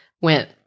went